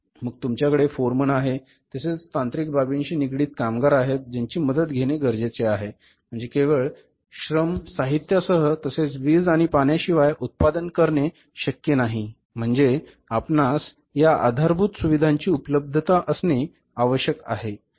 मग तुमच्या कडे फोरमन आहे तसेच काही तांत्रिक बाबींशी निगडित कामगार आहेत ज्यांची मदत घेणे गरजेचे आहे म्हणजे केवळ श्रम साहित्यासह तसेच वीज आणि पाण्या शिवाय उत्पादन करणे शक्य नाही म्हणजे आपणास या आधारभूत सुविधांची उपलब्धता असणे आवश्यक आहे